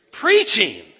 Preaching